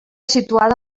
situada